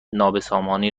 نابسامانی